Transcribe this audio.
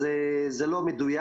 אז זה לא מדויק.